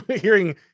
hearing